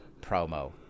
promo